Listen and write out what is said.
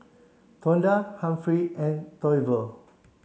Tonda Humphrey and Toivo